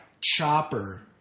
Chopper